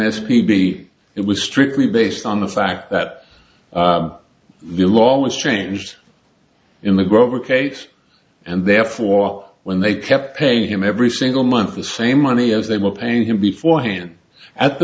s p be it was strictly based on the fact that the law was changed in the grover case and therefore when they kept paying him every single month the same money of they were paying him before hand at the